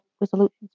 resolutions